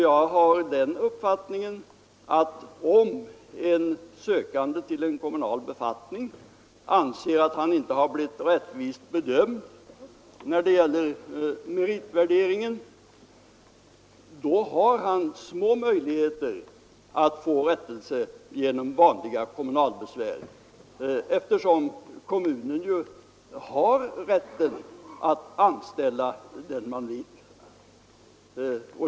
Jag har den uppfattningen att en sökande till en kommunal befattning, om han anser att hans meriter inte har blivit rättvist värderade, har små möjligheter att få rättelse genom vanliga kommunala besvär. Kommunen har nämligen rätten att anställa den kommunen vill.